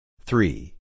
Three